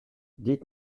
dites